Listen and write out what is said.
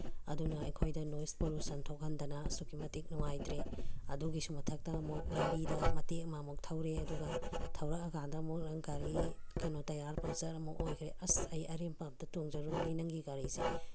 ꯑꯗꯨꯅ ꯑꯩꯈꯣꯏꯗ noise pollution ꯊꯣꯛꯍꯟꯗꯅ ꯑꯁꯨꯛꯀꯤ ꯃꯇꯤꯛ ꯅꯨꯡꯉꯥꯏꯇ꯭ꯔꯦ ꯑꯗꯨꯒꯤꯁꯨ ꯃꯊꯛꯇ ꯑꯃꯨꯛ ꯂꯝꯕꯤꯗ ꯃꯇꯦꯛ ꯑꯃꯃꯨꯛ ꯊꯧꯔꯦ ꯑꯗꯨꯒ ꯊꯧꯔꯛꯑꯀꯥꯟꯗ ꯑꯃꯨꯛ ꯅꯪ ꯒꯥꯔꯤ ꯀꯩꯅꯣ ꯇꯌꯥꯔ ꯄꯝꯆꯔ ꯑꯃꯨꯛ ꯑꯣꯏꯈ꯭ꯔꯦ ꯑꯁ ꯑꯩ ꯑꯔꯦꯝꯕ ꯑꯃꯗ ꯇꯣꯡꯖꯔꯨꯕꯅꯤ ꯅꯪꯒꯤ ꯒꯥꯔꯤꯁꯦ